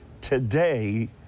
today